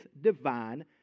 divine